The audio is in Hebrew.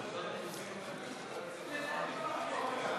רשות מקרקעי ישראל,